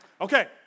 Okay